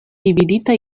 dividita